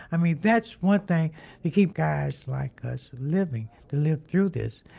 i mean, that's one thing to keep guys like us living, to live through this,